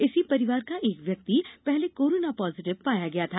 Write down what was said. इसी परिवार का एक व्यक्ति पहले कोरोना पॉजिटिव पाया गया था